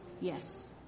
Yes